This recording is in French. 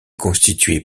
constitué